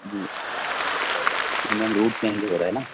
جی ma'am route change ہو رہا ہے نا